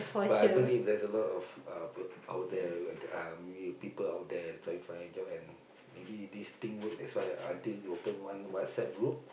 but I believe there's a lot of uh pe~ out there uh many people out there trying to find a job and maybe this thing work that's why until open one WhatsApp group